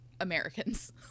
Americans